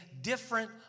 different